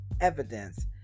evidence